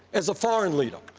as the foreign leader,